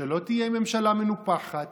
שלא תהיה ממשלה מנופחת,